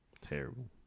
Terrible